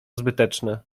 zbyteczne